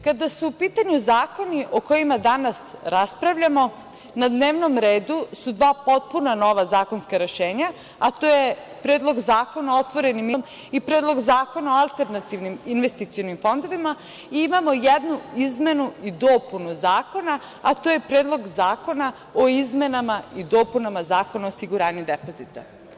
Kada su u pitanju zakoni o kojima danas raspravljamo na dnevnom redu su dva potpuno nova zakonska rešenja, a to je Predlog zakona o otvorenim investicionim fondovima sa javnom ponudom i Predlog zakona o alternativnim investicionim fondovima i imamo jednu izmenu i dopunu zakona, a to je Predlog zakona o izmenama i dopunama Zakona o osiguranju depozita.